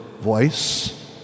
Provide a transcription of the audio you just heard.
voice